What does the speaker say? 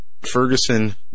Ferguson